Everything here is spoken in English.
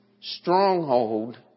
stronghold